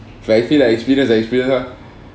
like I feel like experience I experience lah